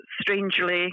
strangely